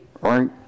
Right